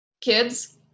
Kids